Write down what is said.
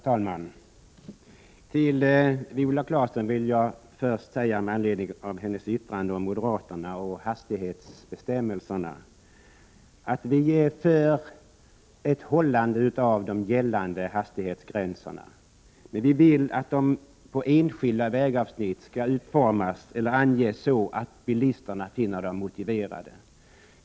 Herr talman! Till Viola Claeson vill jag först, med anledning av hennes yttrande om moderaterna och hastighetsbestämmelserna, säga att vi är för ett hållande av de gällande hastighetsgränserna. Men vi vill att de på enskilda vägavsnitt skall utformas eller anges så att bilisterna finner dem motiverade.